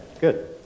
good